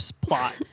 Plot